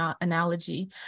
analogy